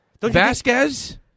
Vasquez